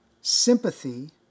sympathy